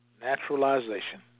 naturalization